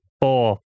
Four